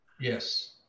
Yes